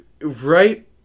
right